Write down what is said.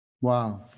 wow